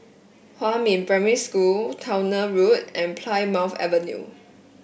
Huamin Primary School Towner Road and Plymouth Avenue